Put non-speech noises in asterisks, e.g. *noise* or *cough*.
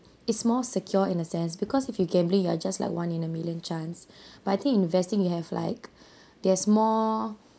it's more secure in a sense because if you're gambling you are just like one in a million chance *breath* nut I think the investing you have like *breath* there's more